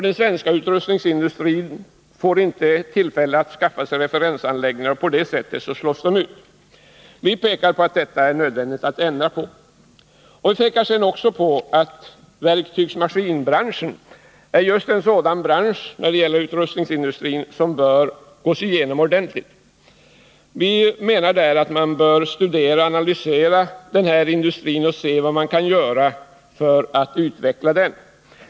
Den svenska utrustningsindustrin får därmed inte tillfälle att skaffa sig referensanläggningar, och på det sättet slås den ut. Vi pekar på att det är nödvändigt att ändra på detta. Vi pekar sedan också på att verktygsmaskinbranschen är just en sådan bransch av utrustningsindustrin som bör gås igenom ordentligt. Vi menar att man bör studera och analysera den här industrin och se vad man kan göra för att utveckla den.